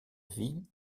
ville